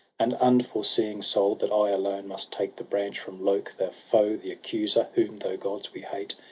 and unforeseeing soul that i alone must take the branch from lok, the foe, the accuser, whom, though gods, we hate,